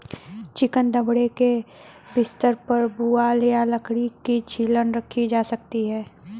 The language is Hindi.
चिकन दड़बे के बिस्तर पर पुआल या लकड़ी की छीलन रखी जा सकती है